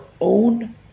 own